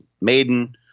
maiden